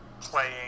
playing